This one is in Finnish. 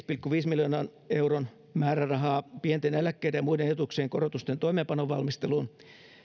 pilkku viiden miljoonan euron määrärahaa pienten eläkkeiden ja muiden etuuksien korotusten toimeenpanon valmisteluun